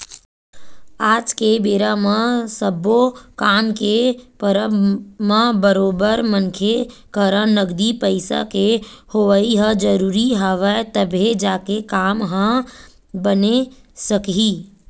आज के बेरा म सब्बो काम के परब म बरोबर मनखे करा नगदी पइसा के होवई ह जरुरी हवय तभे जाके काम ह बने सकही